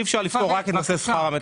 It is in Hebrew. אי אפשר לפתור רק את נושא שכר המטפלות.